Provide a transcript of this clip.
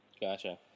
Gotcha